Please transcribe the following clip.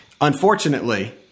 Unfortunately